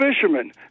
fishermen